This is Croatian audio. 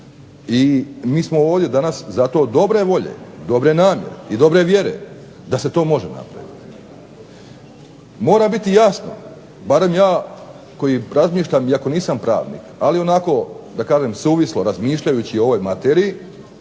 i mi smo ovdje danas zato dobre volje, dobre namjere i dobre vjere da se to može napraviti. Mora biti jasno, barem ja koji razmišljam iako nisam pravnik, ali onako da kažem suvislo razmišljajući o ovoj materiji,